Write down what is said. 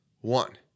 One